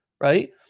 right